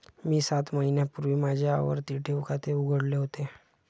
मी सात महिन्यांपूर्वी माझे आवर्ती ठेव खाते उघडले होते